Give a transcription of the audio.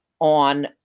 On